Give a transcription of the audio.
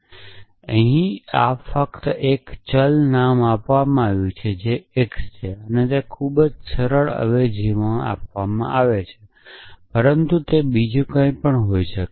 આ અવેજીમાં ફક્ત એક ચલ નામ આપવામાં આવ્યું છે જે x છે અને ખૂબ જ સરળ અવેજી આપવામાં આવી છે જે છે પરંતુ તે બીજું કંઈ પણ હોઈ શકે